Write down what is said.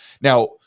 Now